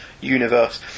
universe